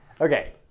Okay